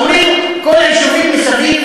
יהודים, יהודים.